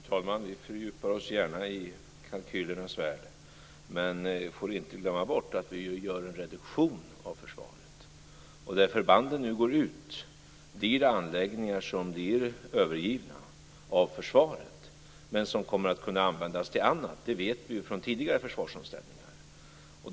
Fru talman! Vi fördjupar oss gärna i kalkylernas värld, men man får inte glömma bort att vi nu gör en reduktion av försvaret. Där förbanden nu går ut blir det anläggningar som är övergivna av försvaret, men som kommer att kunna användas till annat. Det vet vi från tidigare försvarsomställningar.